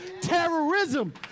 terrorism